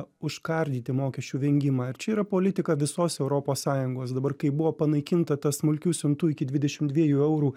užkardyti mokesčių vengimą ir čia yra politika visos europos sąjungos dabar kai buvo panaikinta ta smulkių siuntų iki dvidešimt dviejų eurų